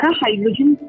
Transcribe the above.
hydrogen